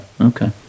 Okay